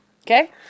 Okay